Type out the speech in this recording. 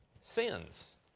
sins